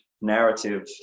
narrative